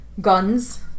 guns